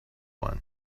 one